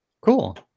Cool